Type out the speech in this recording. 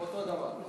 אותו דבר.